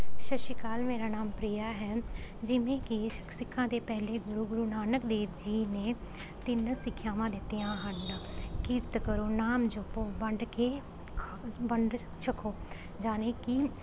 ਸਤਿ ਸ਼੍ਰੀ ਅਕਾਲ ਮੇਰਾ ਨਾਮ ਪ੍ਰੀਆ ਹੈ ਜਿਵੇਂ ਕਿ ਸਿੱਖਾਂ ਦੇ ਪਹਿਲੇ ਗੁਰੂ ਗੁਰੂ ਨਾਨਕ ਦੇਵ ਜੀ ਨੇ ਤਿੰਨ ਸਿੱਖਿਆਵਾਂ ਦਿੱਤੀਆਂ ਹਨ ਕਿਰਤ ਕਰੋ ਨਾਮ ਜਪੋ ਵੰਡ ਕੇ ਖ ਵੰਡ ਛਕੋ ਜਾਣੀ ਕਿ